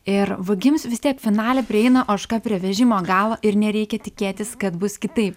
ir vagims vis tiek finale prieina ožka prie vežimo galo ir nereikia tikėtis kad bus kitaip